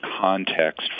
context